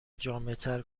جامعتر